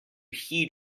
heed